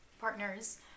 partners